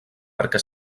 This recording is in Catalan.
perquè